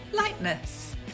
lightness